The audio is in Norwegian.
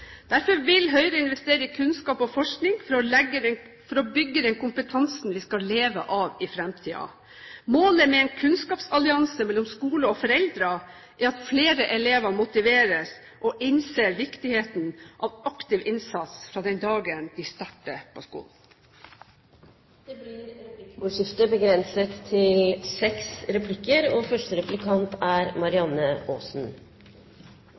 Derfor vil Høyre investere i kunnskap og forskning for å bygge den kompetansen vi skal leve av i fremtiden. Målet med en kunnskapsallianse mellom skole og foreldre er at flere elever motiveres og innser viktigheten av aktiv innsats fra den dagen de starter på skolen. Det blir replikkordskifte.